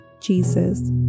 Jesus